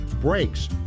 brakes